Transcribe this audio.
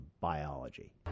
biology